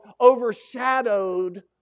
overshadowed